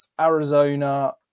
Arizona